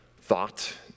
thought